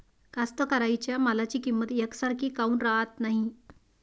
कास्तकाराइच्या मालाची किंमत यकसारखी काऊन राहत नाई?